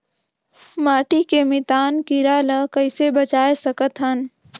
माटी के मितान कीरा ल कइसे बचाय सकत हन?